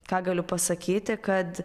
ką galiu pasakyti kad